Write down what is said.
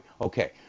okay